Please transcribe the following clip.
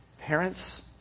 Parents